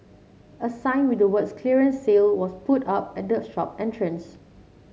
a sign with the words clearance sale was put up at the shop entrance